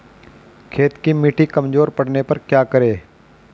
खेत की मिटी कमजोर पड़ने पर क्या करें?